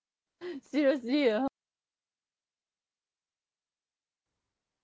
seriously ah